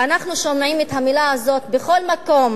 ואנחנו שומעים את המלה הזאת בכל מקום